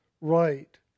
right